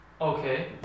Okay